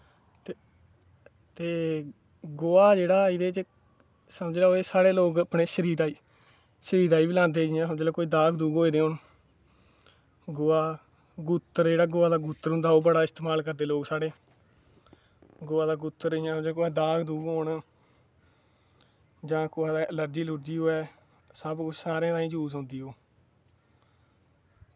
ते गोहा समझी लैओ साढ़े लोग अपने शरीरा गी शरीरा गी बी लांदे समझी लैओ जि'यां दाग दूग होए दे होन गोहा जेह्ड़ा गवा दा गुत्तर होंदा ओह् बड़ा इस्तेमाल करदे लोग साढ़े गवा दा गुत्तर जि'यां कुदै दाग दूग होन जां कुसै गी इलर्जी होऐ तां सारै यूस होंदी ओह्